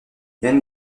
jan